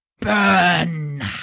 burn